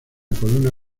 columna